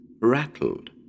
rattled